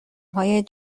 های